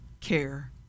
care